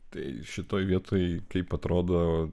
tai šitoj vietoj kaip atrodo